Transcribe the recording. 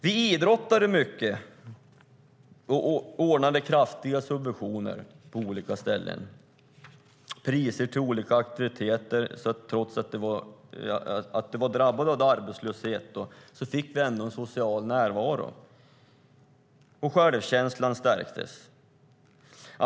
Vi idrottade mycket och ordnade kraftigt subventionerade priser på olika ställen och till olika aktiviteter, så trots att de var drabbade av arbetslöshet fick de en social närvaro och självkänslan stärktes.